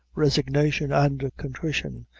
resignation and contrition,